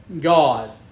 God